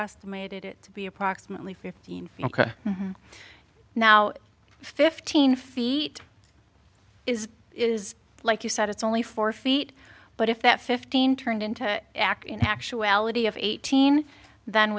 estimated it to be approximately fifteen feet now fifteen feet is is like you said it's only four feet but if that fifteen turned into act in actuality of eighteen then